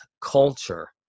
culture